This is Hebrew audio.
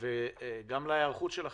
וגם להיערכות שלכם.